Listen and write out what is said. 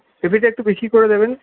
পেঁপেটা একটু বেশী করে দেবেন